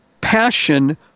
passion